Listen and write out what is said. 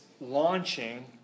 launching